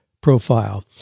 profile